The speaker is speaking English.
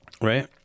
Right